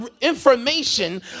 information